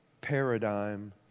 paradigm